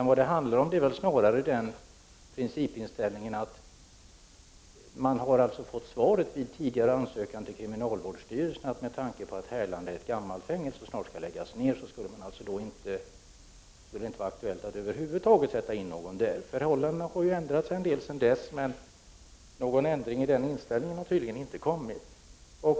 Vad det handlar om är snarare den principiella inställning som kommit fram i svaret på en tidigare ansökan hos kriminalvårdsstyrelsen, att det med tanke på att Härlandafängelset är ett gammalt fängelse, som snart skall läggas ner, över huvud taget inte skulle vara aktuellt att sätta in någon där. Förhållandena har ändrats en del sedan dess, men inställningen är tydligen fortfarande densamma.